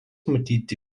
matyti